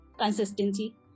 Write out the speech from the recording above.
consistency